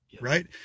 right